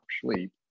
sleep